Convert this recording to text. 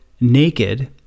naked